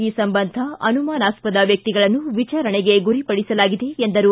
ಈ ಸಂಬಂಧ ಅನುಮಾನಾಸ್ವದ ವ್ವಕ್ತಿಗಳನ್ನು ವಿಚಾರಣೆಗೆ ಗುರಿಪಡಿಸಲಾಗಿದೆ ಎಂದರು